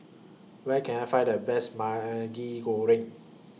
Where Can I Find The Best Maggi Goreng